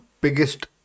biggest